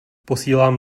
posílám